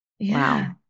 Wow